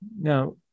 Now